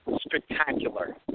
spectacular